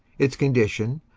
its condition,